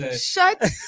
Shut